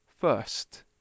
first